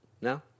no